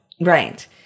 right